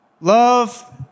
Love